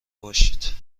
باشید